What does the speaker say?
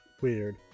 weird